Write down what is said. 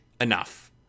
enough